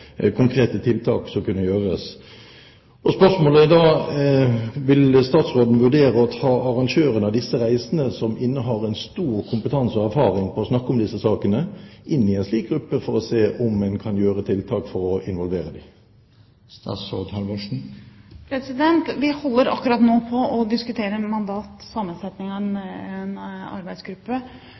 konkrete tiltak som kunne settes inn. Spørsmålet er da: Vil statsråden vurdere å ta arrangørene av disse reisene, som innehar en stor kompetanse og erfaring på å snakke om disse sakene, inn i en slik gruppe for å se på tiltak som kan involvere dem? Vi holder akkurat nå på å diskutere mandat og sammensetning av en arbeidsgruppe